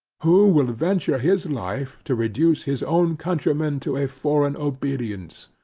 who will venture his life to reduce his own countrymen to a foreign obedience?